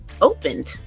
opened